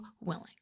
willing